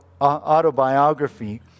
autobiography